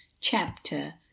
chapter